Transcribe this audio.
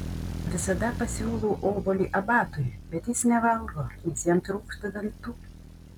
visada pasiūlau obuolį abatui bet jis nevalgo nes jam trūksta dantų